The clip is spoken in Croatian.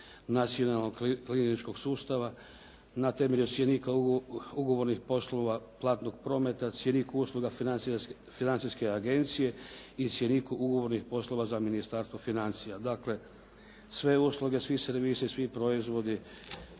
Nacionalnog kliničkog sustava. Na temelju cjenika ugovornih poslova Platnog prometa, cjenik usluga Financijske agencije i cjenik ugovornih poslova za Ministarstvo financija. Dakle, sve usluge, svi servisi, svi proizvodi